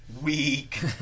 Weak